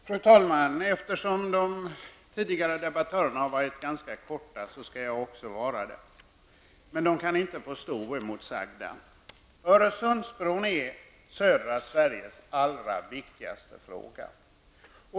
Fru talman! Eftersom de tidigare debattörerna har varit kortfattade, skall också jag vara det, men de kan inte få stå oemotsagda. Öresundsbron är södra Sveriges allra viktigaste fråga.